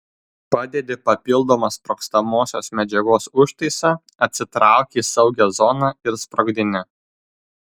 padedi papildomą sprogstamosios medžiagos užtaisą atsitrauki į saugią zoną ir sprogdini